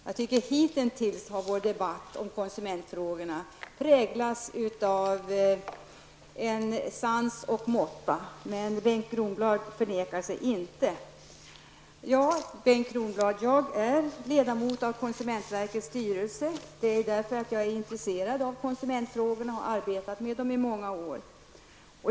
Jag tycker att hitintills har vår debatt om konsumentfrågorna präglats av sans och måtta. Men Bengt Kronblad förnekar sig inte. Ja, jag är ledamot av konsumentverkets styrelse. Det är för att jag är intresserad av konsumentfrågorna och har arbetat med dem i många år.